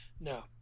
No